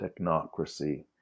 technocracy